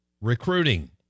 recruiting